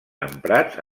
emprats